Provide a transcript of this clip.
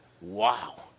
wow